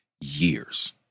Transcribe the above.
years